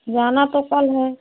जाना तो कल है